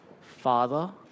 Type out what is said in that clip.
Father